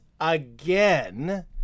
again